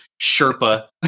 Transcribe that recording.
Sherpa